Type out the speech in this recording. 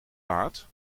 laat